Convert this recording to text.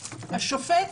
השופט,